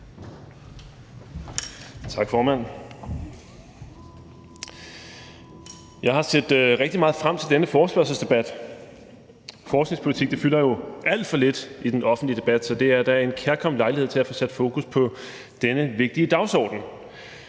Jeg har set rigtig meget frem til denne forespørgselsdebat. Forskningspolitik fylder jo alt for lidt i den offentlige debat, så det her er da en kærkommen lejlighed til at få sat fokus på denne vigtige dagsorden.